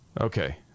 Okay